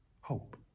hope